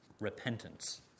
repentance